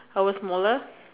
I was smaller